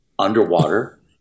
Underwater